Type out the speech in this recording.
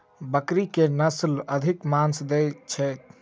बकरी केँ के नस्ल अधिक मांस दैय छैय?